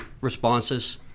responses